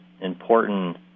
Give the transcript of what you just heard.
important